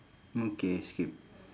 okay skip